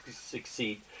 succeed